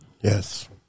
Yes